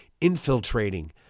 infiltrating